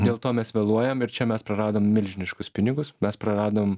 dėl to mes vėluojam ir čia mes praradom milžiniškus pinigus mes praradom